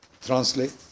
Translate